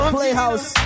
playhouse